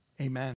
amen